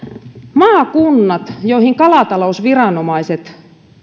maakunnat joihin kalatalousviranomaiset